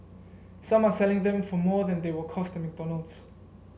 some are selling them for more than they will cost at McDonald's